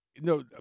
No